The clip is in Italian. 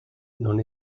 non